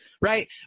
right